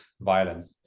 violent